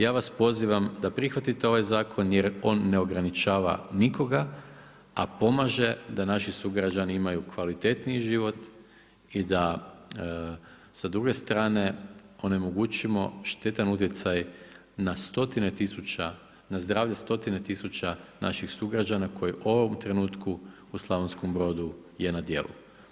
Ja vas pozivam da prihvatite ovaj zakon jer on ne ograničava nikoga a pomaže da naši sugrađani imaju kvalitetniji život i da sa druge strane, onemogućimo štetan utjecaj na zdravlje stotine tisuće naših sugrađana koji u ovom trenutku u Slavonskom Brodu je na djelu.